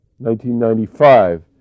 1995